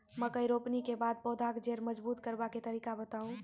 मकय रोपनी के बाद पौधाक जैर मजबूत करबा के तरीका बताऊ?